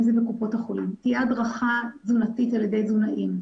אם זה בקופות החולים תהיה הדרכה תזונתית על ידי תזונאים,